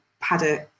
paddock